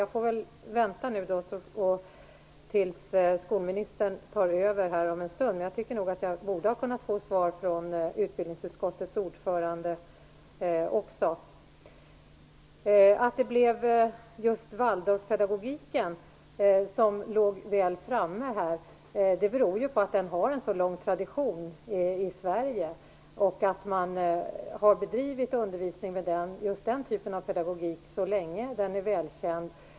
Jag får väl vänta tills skolministern tar över om en stund, men jag tycker nog att jag borde ha kunnat få svar från utbildningsutskottets ordförande också. Att det blev just Waldorfpedagogiken som låg väl framme här beror på att den har en så lång tradition i Sverige, att man har bedrivit undervisning med just den typen av pedagogik så länge och att den är välkänd.